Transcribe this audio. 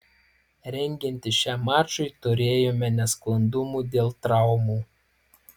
rengiantis šiam mačui turėjome nesklandumų dėl traumų